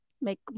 make